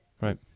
right